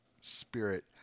Spirit